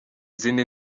izindi